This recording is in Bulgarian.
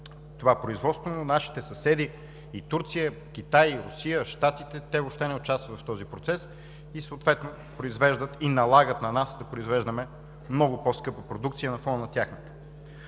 това производство, но нашите съседи – Турция, Китай, Русия, Щатите, въобще не участват в този процес и съответно произвеждат и ни налагат на нас да произвеждаме много по-скъпа продукция на фона на тяхната.